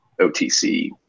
OTC